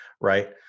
right